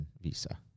visa